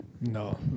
No